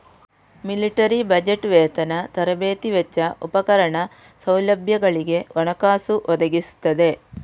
military budget ವೇತನ, ತರಬೇತಿ ವೆಚ್ಚ, ಉಪಕರಣ, ಸೌಲಭ್ಯಗಳಿಗೆ ಹಣಕಾಸು ಒದಗಿಸ್ತದೆ